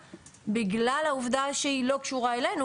בגלל העובדה שהיא לא קשורה אלינו,